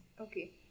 Okay